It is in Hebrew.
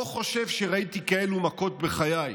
לא חושב שראיתי כאלה מכות בחיי.